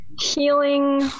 Healing